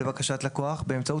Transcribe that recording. לבקשת לקוח,